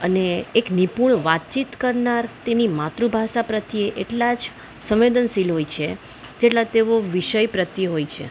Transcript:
અને એક નિપુણ વાતચીત કરનાર તેની માતૃભાષા પ્રત્યે એટલા જ સંવેદનશીલ હોય છે જેટલા તેઓ વિષય પ્રત્યે હોય છે